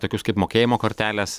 tokius kaip mokėjimo kortelės